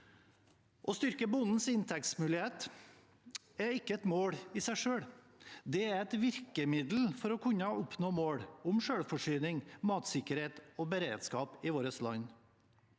Å styrke bondens inntektsmuligheter er ikke et mål i seg selv. Det er et virkemiddel for å kunne oppnå mål om selvforsyning, matsikkerhet og beredskap i vårt land.